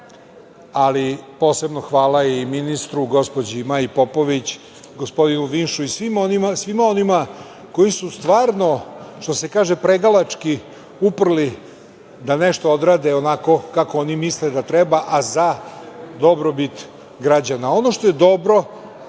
ali posebno hvala i ministru, gospođi Maji Popović, gospodinu Vinšu i svima onima koji su stvarno, što se kaže pregalački uprli da nešto odrade onako kako oni misle da treba, a za dobrobit građana. Ono što je dobro